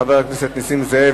חבר הכנסת נסים זאב,